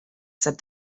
said